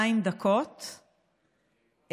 22 דקות,